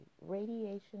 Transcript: radiation